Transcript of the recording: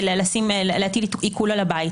יכולה להטיל עיקול על הבית,